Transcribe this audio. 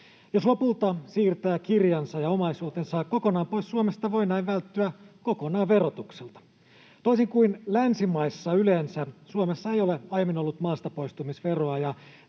Jos lopulta siirtää kirjansa ja omaisuutensa kokonaan pois Suomesta, voi näin välttyä kokonaan verotukselta. Toisin kuin länsimaissa yleensä, Suomessa ei ole aiemmin ollut maastapoistumisveroa,